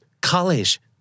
college